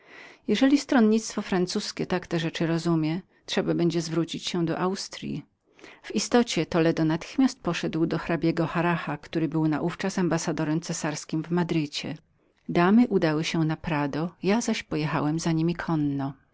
jeżeli stronnictwo francuzkie tak te rzeczy rozumie trzeba będzie obrócić się do austryi w istocie toledo natychmiast poszedł do hrabiego harracha który był naówczas ambassadorem cesarskim w madrycie damy udały się do prado ja zaś pojechałem za niemi konno